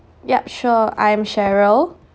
yup sure I'm cheryl